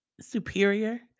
superior